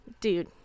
dude